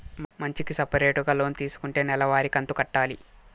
మంచికి సపరేటుగా లోన్ తీసుకుంటే నెల వారి కంతు కట్టాలి